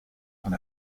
and